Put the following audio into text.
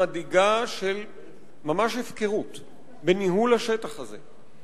של ממש הפקרות בניהול השטח הזה.